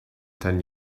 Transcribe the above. ten